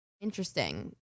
Interesting